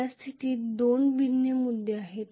सद्यस्थितीत दोन भिन्न मुद्दे आहेत